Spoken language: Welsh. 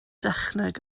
dechneg